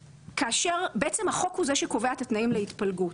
כשהחוק קובע את התנאים להתפלגות.